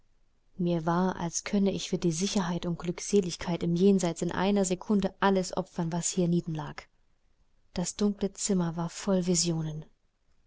mir war als könne ich für die sicherheit und glückseligkeit im jenseits in einer sekunde alles opfern was hienieden lag das dunkle zimmer war voll visionen